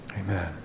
Amen